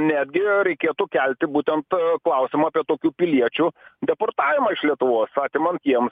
netgi reikėtų kelti būtent klausimą apie tokių piliečių deportavimą iš lietuvos atimant jiems